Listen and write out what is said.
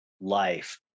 life